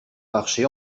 marché